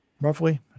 Roughly